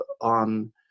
on